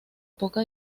poca